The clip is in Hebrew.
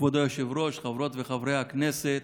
כבוד היושב-ראש, חברות וחברי הכנסת,